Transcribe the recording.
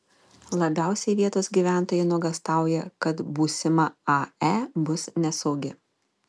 labiausiai vietos gyventojai nuogąstauja kad būsima ae bus nesaugi